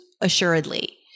assuredly